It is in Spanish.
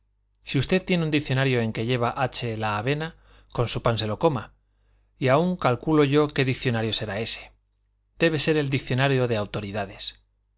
si usted tiene un diccionario en que lleva h la avena con su pan se lo coma y aun calculo yo qué diccionario será ese debe de ser el diccionario de autoridades